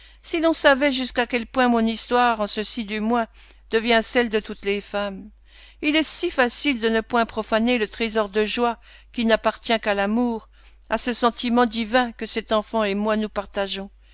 si l'on savait jusqu'à quel point mon histoire en ceci du moins devient celle de toutes les femmes il est si facile de ne point profaner le trésor de joies qui n'appartient qu'à l'amour à ce sentiment divin que cet enfant et moi nous partageons